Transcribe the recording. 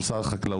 עם שר החקלאות.